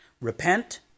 repent